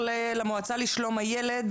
המועצה לשלום הילד,